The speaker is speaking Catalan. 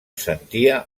sentia